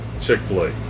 Chick-fil-A